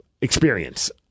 experience